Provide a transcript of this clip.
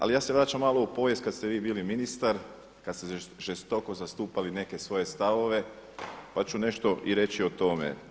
Ali ja se vraćam malo u povijest kada ste vi bili ministar, kada ste žestoko zastupali neke svoje stavove, pa ću nešto i reći o tome.